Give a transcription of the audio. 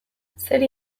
zeri